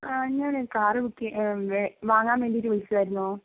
ആ ഞാൻ ഒരു കാർ ബുക്ക് വാങ്ങാൻ വേണ്ടിയിട്ട് വിളിച്ചതായിരുന്നു